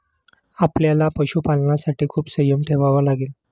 आपल्याला पशुपालनासाठी खूप संयम ठेवावा लागेल